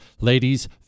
ladies